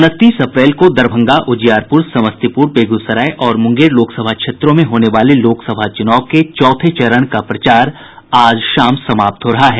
उनतीस अप्रैल को दरभंगा उजियारपुर समस्तीपुर बेगूसराय और मुंगेर लोकसभा क्षेत्रों में होने होने वाले लोकसभा चुनाव के चौथे चरण का प्रचार आज शाम समाप्त हो रहा है